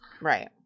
Right